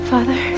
Father